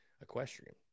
Equestrian